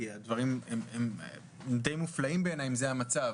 כי הדברים הם די מופלאים בעיניי אם זה המצב.